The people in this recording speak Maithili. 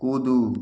कुदू